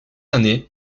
années